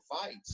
fights